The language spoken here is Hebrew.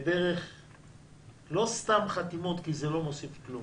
לא סתם דרך חתימות כי זה לא מוסיף כלום.